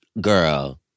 Girl